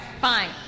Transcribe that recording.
Fine